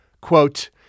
Quote